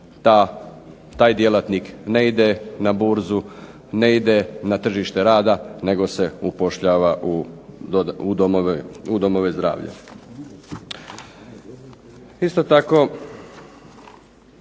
taj djelatnik ne ide na burzu, ne ide na tržište rada nego se upošljava u domove zdravlja. Isto tako,